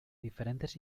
diferentes